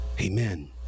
Amen